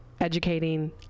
educating